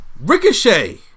Ricochet